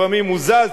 לפעמים הוא זז,